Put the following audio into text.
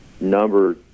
number